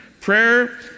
Prayer